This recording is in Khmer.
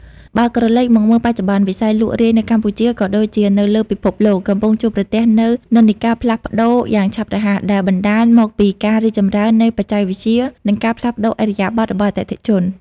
បើក្រឡេកមកមើលបច្ចុប្បន្ន វិស័យលក់រាយនៅកម្ពុជា ក៏ដូចជានៅលើពិភពលោក កំពុងជួបប្រទះនូវនិន្នាការផ្លាស់ប្តូរយ៉ាងឆាប់រហ័ស ដែលបណ្ដាលមកពីការរីកចម្រើននៃបច្ចេកវិទ្យា និងការផ្លាស់ប្តូរឥរិយាបថរបស់អតិថិជន។